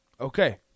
Okay